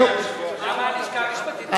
למה הלשכה המשפטית ?